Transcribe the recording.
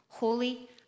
holy